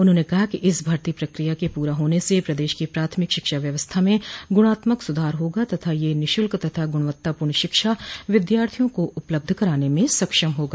उन्होंन कहा कि इस भर्ती प्रक्रिया के पूरा होने से प्रदेश की प्राथमिक शिक्षा व्यवस्था में गुणात्मक सुधार होगा तथा यह निःशुल्क तथा गुणत्तापूर्ण शिक्षा विद्यार्थियों को उपलब्ध कराने में सक्षम होगा